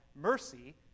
mercy